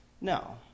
No